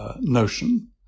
Notion